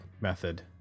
method